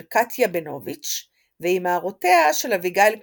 קטיה בנוביץ' ועם הערותיה של אביגיל קנטורוביץ'